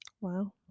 Wow